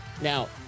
Now